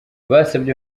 basabye